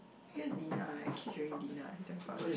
hear deny I keep hearing deny is damn funny